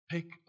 Pick